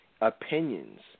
opinions